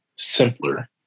simpler